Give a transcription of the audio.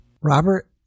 Robert